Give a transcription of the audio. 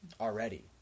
already